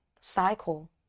cycle